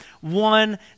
one